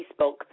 Facebook